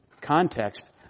context